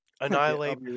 Annihilate